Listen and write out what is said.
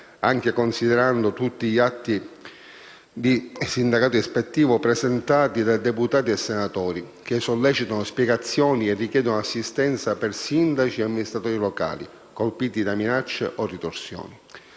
anche considerando tutti gli atti di sindacato ispettivo presentati da deputati e senatori, che sollecitano spiegazioni e richiedono assistenza per sindaci e amministratori locali colpiti da minacce o ritorsioni.